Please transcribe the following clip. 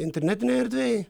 internetinėj erdvėj